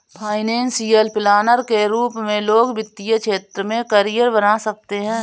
financial planner के रूप में लोग वित्तीय क्षेत्र में करियर बना सकते हैं